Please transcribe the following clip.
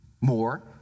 more